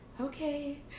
okay